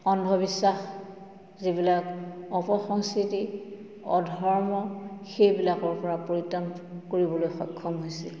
অন্ধবিশ্বাস যিবিলাক অপসংস্কৃতি অধৰ্ম সেইবিলাকৰ পৰা পৰিত্ৰাণ কৰিবলৈ সক্ষম হৈছিল